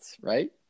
right